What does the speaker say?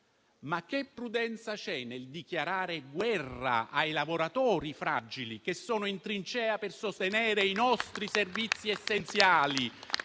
Che prudenza c'è nel dichiarare guerra ai lavoratori fragili, che sono in trincea per sostenere i nostri servizi essenziali